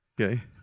okay